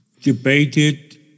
debated